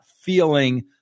feeling